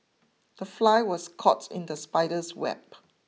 the fly was caught in the spider's web